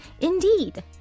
indeed